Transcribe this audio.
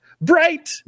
bright